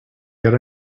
get